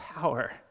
power